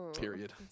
period